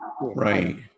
right